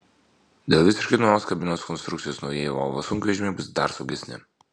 dėl visiškai naujos kabinos konstrukcijos naujieji volvo sunkvežimiai bus dar saugesni